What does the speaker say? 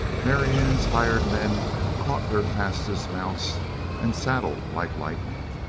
marianne's hired men caught their fastest mounts and saddled like lightning.